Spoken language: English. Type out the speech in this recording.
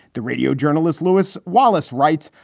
the radio journalist lewis wallace writes.